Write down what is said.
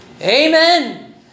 Amen